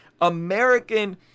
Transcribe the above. American